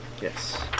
Yes